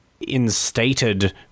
Instated